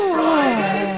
Friday